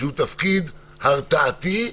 שהוא תפקיד הרתעתי,